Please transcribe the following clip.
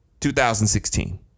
2016